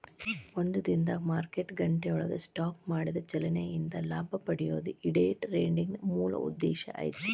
ಒಂದ ದಿನದಾಗ್ ಮಾರ್ಕೆಟ್ ಗಂಟೆಯೊಳಗ ಸ್ಟಾಕ್ ಮಾಡಿದ ಚಲನೆ ಇಂದ ಲಾಭ ಪಡೆಯೊದು ಈ ಡೆ ಟ್ರೆಡಿಂಗಿನ್ ಮೂಲ ಉದ್ದೇಶ ಐತಿ